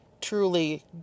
truly